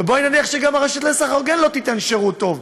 ובואי נניח שגם הרשות לסחר הוגן לא תיתן שירות טוב,